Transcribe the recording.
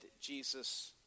Jesus